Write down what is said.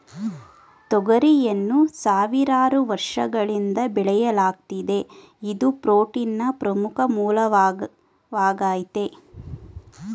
ತೊಗರಿಯನ್ನು ಸಾವಿರಾರು ವರ್ಷಗಳಿಂದ ಬೆಳೆಯಲಾಗ್ತಿದೆ ಇದು ಪ್ರೋಟೀನ್ನ ಪ್ರಮುಖ ಮೂಲವಾಗಾಯ್ತೆ